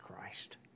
Christ